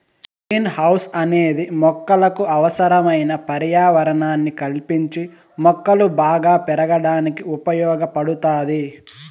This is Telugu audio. గ్రీన్ హౌస్ అనేది మొక్కలకు అవసరమైన పర్యావరణాన్ని కల్పించి మొక్కలు బాగా పెరగడానికి ఉపయోగ పడుతాది